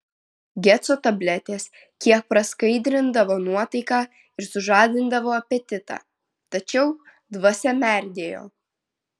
geco tabletės kiek praskaidrindavo nuotaiką ir sužadindavo apetitą tačiau dvasia merdėjo